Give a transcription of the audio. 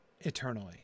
eternally